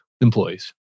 employees